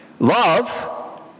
love